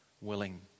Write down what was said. willing